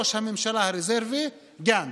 ראש הממשלה הרזרבי, גנץ.